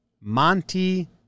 Monty